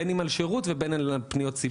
בין אם על שירות ובין אם על פניות ציבור.